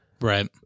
Right